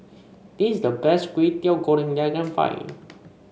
this is the best Kwetiau Goreng that I can find